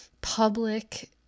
public